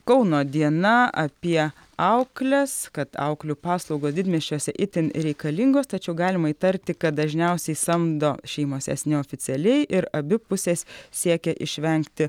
kauno diena apie aukles kad auklių paslaugos didmiesčiuose itin reikalingos tačiau galima įtarti kad dažniausiai samdo šeimos jas neoficialiai ir abi pusės siekia išvengti